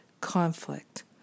conflict